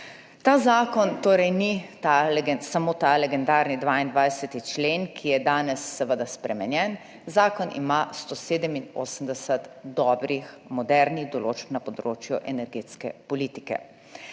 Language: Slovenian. Ta zakon torej ni samo ta legendarni 22. člen, ki je danes seveda spremenjen, zakon ima 187 dobrih modernih določb na področju energetske politike.